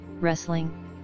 wrestling